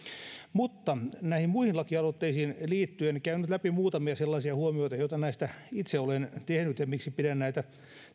näihin muihin lakialoitteisiin liittyen käyn nyt läpi muutamia sellaisia huomioita joita näistä itse olen tehnyt ja sitä miksi pidän näitä